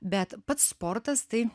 bet pats sportas tai